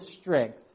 strength